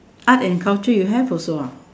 art and culture you have also ah